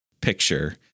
picture